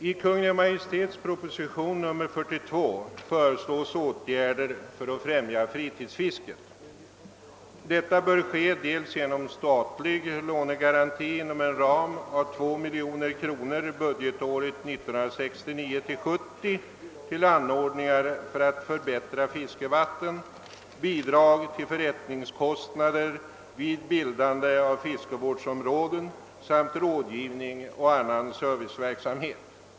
I Kungl. Maj:ts proposition nr 42 föreslås åtgärder för att främja fritidsfisket, i första hand genom statlig lånegaranti inom en ram av två miljoner kronor under budgetåret 1969/70 till anordningar för att förbättra fiskevatten, bidrag till förrättningskostnader vid bildande av fiskevårdsområden samt rådgivning och annan serviceverksamhet.